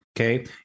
Okay